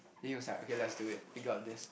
he was like okay let's do it we got this